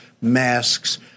masks